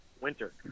winter